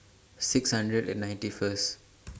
six hundred and ninety First